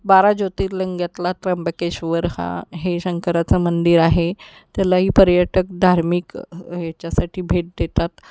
बारा ज्योतिर्लिंगातला त्र्यंबकेश्वर हा हे शंकराचं मंदिर आहे त्यालाही पर्यटक धार्मिक ह्याच्यासाठी भेट देतात